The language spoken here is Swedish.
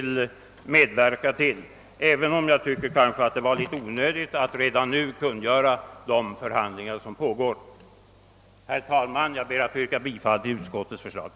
Jag tyckte dock att det kanske var något onödigt att redan nu kungöra att det pågår förhandlingar om detta. Herr talman! Jag ber att få yrka bifall till utskottets hemställan.